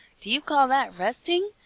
do you call that resting!